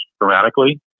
dramatically